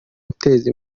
guteza